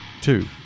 two